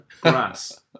grass